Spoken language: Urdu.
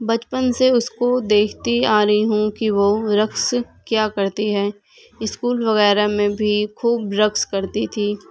بچپن سے اس کو دیکھتی آ رہی ہوں کہ وہ رقص کیا کرتی ہے اسکول وغیرہ میں بھی خوب رقص کرتی تھی